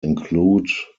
include